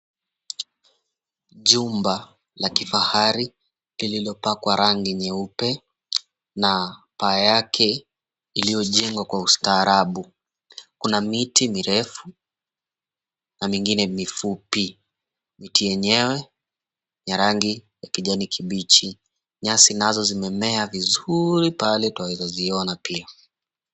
Jumba la kifahari lililopakwa rangi nyeupe na paa yake iliyojengwa kwa ustaarabu. Kuna miti mirefu na mingine mifupi. Miti yenyewe ni ya rangi ya kijanikibichi. Nyasi nazo zimemea vizuri pale twaweza ziona pia.